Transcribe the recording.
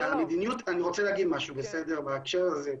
אני רוצה להגיד משהו בהקשר הזה.